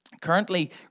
Currently